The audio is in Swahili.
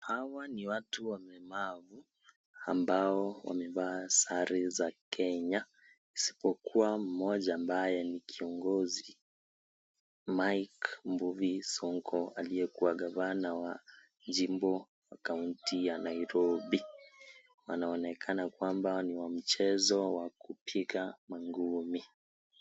Hawa ni watu wengine na wanawake ambao wamevaa sari za Kenya, isipokuwa mmoja ambaye ni kiongozi. Mike Mbuvi Sonko aliyekuwa gavana wa jimbo la Nairobi, anaonekana kwamba ni wa mchezo wa kupiga ngumi.